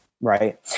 Right